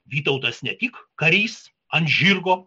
vytautas ne tik karys ant žirgo